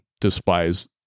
despise